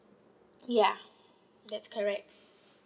ya that's correct